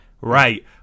Right